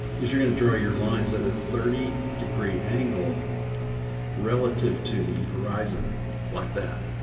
is you're going to draw your lines at a thirty degree angle relative to the horizon like that.